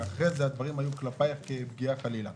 שהדברים היו כלפייך כפגיעה, חלילה.